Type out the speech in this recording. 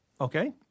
Okay